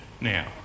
now